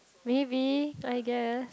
maybe I guess